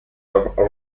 have